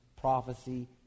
prophecy